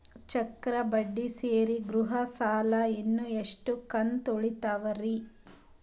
ಚಕ್ರ ಬಡ್ಡಿ ಸೇರಿ ಗೃಹ ಸಾಲ ಇನ್ನು ಎಷ್ಟ ಕಂತ ಉಳಿದಾವರಿ?